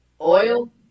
oil